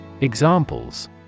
Examples